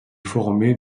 formé